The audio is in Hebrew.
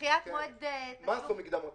דחיית מועד תשלום מס או מקדמות.